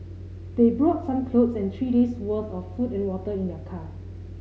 they brought some clothes and three days' worth of food and water in their car